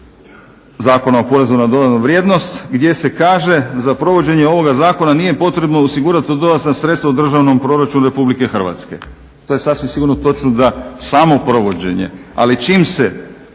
Zakona o porezu na dodanu vrijednost gdje se kaže za provođenje ovoga zakona nije potrebno osigurati dodatna sredstva u državnom proračunu Republike Hrvatske. To je sasvim sigurno točno da samo provođenje, ali čim se